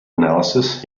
analysis